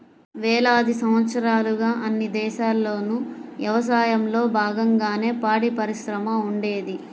వేలాది సంవత్సరాలుగా అన్ని దేశాల్లోనూ యవసాయంలో బాగంగానే పాడిపరిశ్రమ ఉండేది